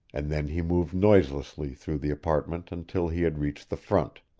and then he moved noiselessly through the apartment until he had reached the front.